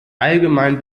allgemein